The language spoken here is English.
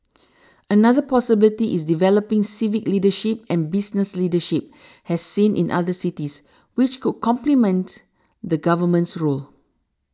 another possibility is developing civic leadership and business leadership as seen in other cities which could complement the Government's role